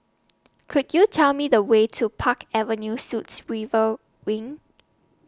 Could YOU Tell Me The Way to Park Avenue Suites River Wing